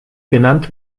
benannt